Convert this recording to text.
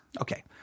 okay